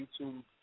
YouTube